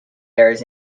areas